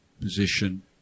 position